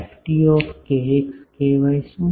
Ft શું